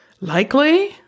Likely